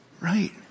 Right